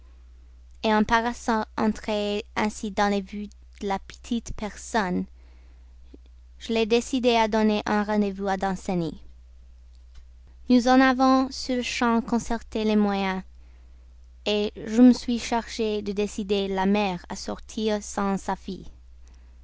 reçues en paraissant entrer ainsi dans les vues de la petite personne je l'ai décidée à donner un rendez-vous à danceny nous en avons sur-le-champ concerté les moyens je me suis chargée de décider la mère à sortir sans sa fille